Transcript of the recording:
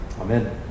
Amen